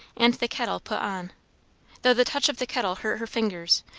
and the kettle put on though the touch of the kettle hurt her fingers,